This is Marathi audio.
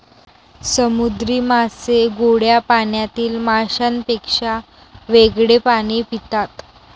समुद्री मासे गोड्या पाण्यातील माशांपेक्षा वेगळे पाणी पितात